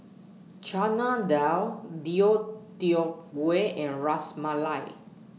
Chana Dal Deodeok Gui and Ras Malai